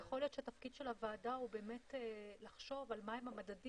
יכול להיות שתפקיד של הוועדה הוא באמת לחשוב על מה הם המדדים